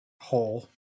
hole